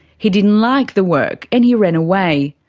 he didn't like the work and he ran away.